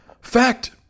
fact